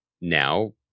now